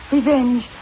Revenge